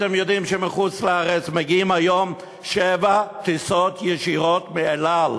אתם יודעים שמחוץ-לארץ מגיעות היום שבע טיסות ישירות של "אל על",